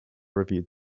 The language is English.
reviewed